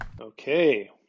Okay